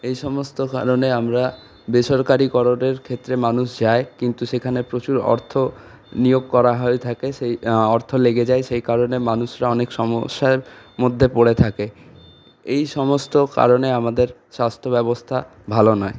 এই সমস্ত কারণে আমরা বেসরকারিকরণের ক্ষেত্রে মানুষ যায় কিন্তু সেখানে প্রচুর অর্থ নিয়োগ করা হয়ে থাকে সেই অর্থ লেগে যায় সেই কারণে মানুষরা অনেক সমস্যার মধ্যে পড়ে থাকে এই সমস্ত কারণে আমাদের স্বাস্থ্য ব্যবস্থা ভালো নয়